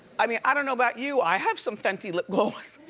i mean, i don't know about you. i have some fenty lip gloss.